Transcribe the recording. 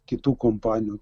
kitų kompanijų